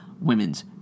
Women's